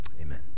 amen